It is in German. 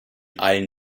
allen